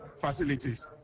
facilities